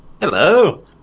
Hello